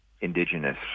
indigenous